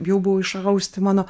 jau buvo išausti mano